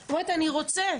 ואומרים: אנחנו רוצים,